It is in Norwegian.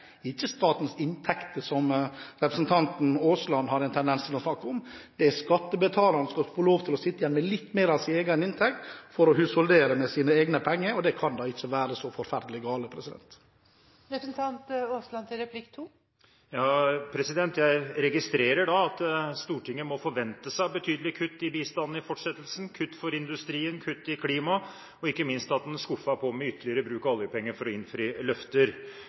ikke statens inntekter, som representanten Aasland har en tendens til å snakke om. Det er skattebetalerne som skal få lov til å sitte igjen med litt mer av sin egen inntekt for å husholdere med sine egne penger, og det kan da ikke være så forferdelig galt. Jeg registrerer at Stortinget i fortsettelsen må forvente betydelige kutt i bistanden, kutt for industrien, kutt i klima, og ikke minst at en skuffer på med ytterligere bruk av oljepenger for å innfri løfter.